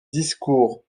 discours